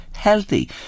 healthy